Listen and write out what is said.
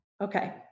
Okay